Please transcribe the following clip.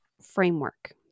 framework